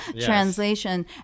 translation